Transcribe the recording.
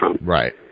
right